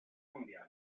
mundial